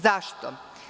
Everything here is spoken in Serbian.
Zašto?